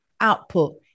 output